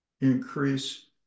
increase